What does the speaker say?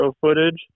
footage